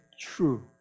true